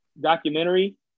documentary